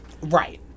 right